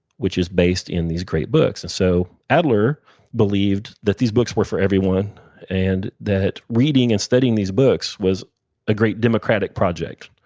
which is based in these great books, and so adler believed that these books were for everyone and that reading and studying these books was a great democratic project.